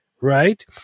right